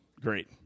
Great